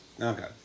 Okay